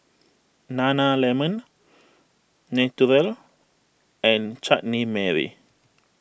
Nana Lemon Naturel and Chutney Mary